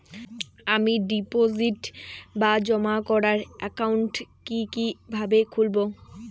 আমি ডিপোজিট বা জমা করার একাউন্ট কি কিভাবে খুলবো?